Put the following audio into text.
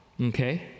okay